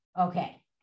Okay